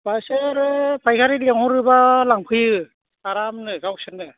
बासोरो फायखारि लेंहरोबा लांफैयो आरामनो गावसोरनो